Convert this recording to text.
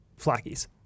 flackies